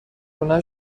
لونه